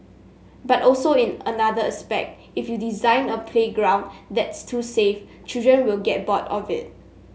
but also in another aspect if you design a playground that's too safe children will get bored of it